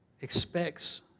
Expects